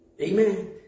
Amen